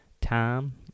time